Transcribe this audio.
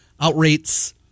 outrates